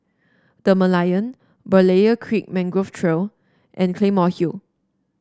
The Merlion Berlayer Creek Mangrove Trail and Claymore Hill